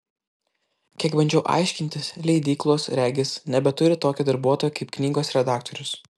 kiek bandžiau aiškintis leidyklos regis nebeturi tokio darbuotojo kaip knygos redaktorius